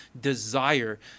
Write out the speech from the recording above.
desire